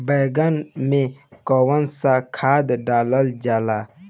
बैंगन में कवन सा खाद डालल जाला?